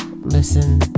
listen